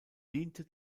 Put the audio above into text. diente